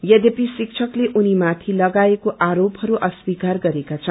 यबपि शिक्षकले उहाँमाथि लगाइएको आरोपहरू अस्वीकार गरेका छन्